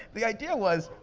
the idea was,